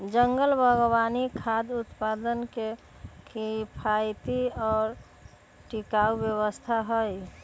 जंगल बागवानी खाद्य उत्पादन के किफायती और टिकाऊ व्यवस्था हई